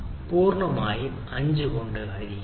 പൂർണ്ണമായും 5 കൊണ്ട് ഹരിക്കുന്നു